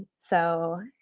so,